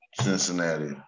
Cincinnati